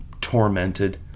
tormented